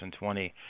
2020